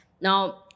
Now